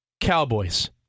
Cowboys